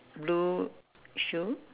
blue shoe